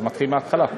אז מתחיל מההתחלה.